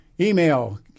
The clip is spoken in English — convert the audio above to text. Email